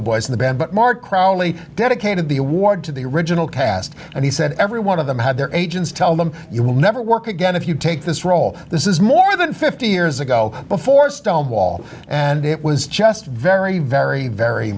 the boys in the bed but more crowley dedicated the award to the original cast and he said every one of them had their agents tell them you will never work again if you take this role this is more than fifty years ago before stonewall and it was just very very very